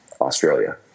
Australia